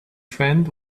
friend